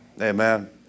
Amen